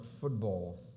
football